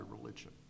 religion